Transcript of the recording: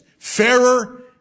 Fairer